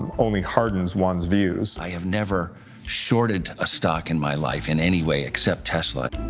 only hardens one's views. i have never shorted a stock in my life, in any way, except tesla.